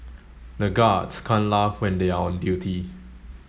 the guards can't laugh when they are on duty